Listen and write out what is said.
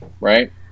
Right